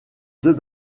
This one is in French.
deux